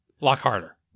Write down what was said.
Lock-harder